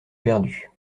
perdue